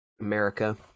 america